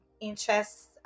interests